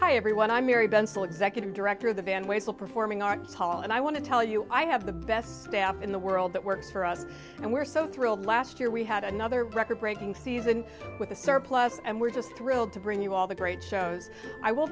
hi everyone i'm mary benson executive director of the band ways of performing arts hall and i want to tell you i have the best staff in the world that works for us and we're so thrilled last year we had another record breaking season with the surplus and we're just thrilled to bring you all the great shows i will